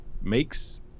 makes